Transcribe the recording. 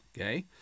okay